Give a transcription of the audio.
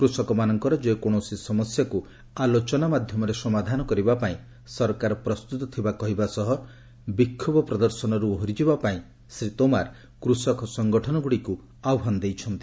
କୃଷକମାନଙ୍କର ଯେକୌଣସି ସମସ୍ୟାକୁ ଆଲୋଚନା ମାଧ୍ୟମରେ ସମାଧାନ କରିବାପାଇଁ ସରକାର ପ୍ରସ୍ତୁତ ଥିବା କହିବା ସହ ବିକ୍ଷୋପ ପ୍ରଦର୍ଶନରୁ ଓହରିଯିବା ପାଇଁ ଶ୍ରୀ ତୋମାର କୃଷକ ସଙ୍ଗଠନଗୁଡ଼ିକୁ ଆହ୍ୱାନ ଦେଇଛନ୍ତି